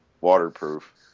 waterproof